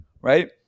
right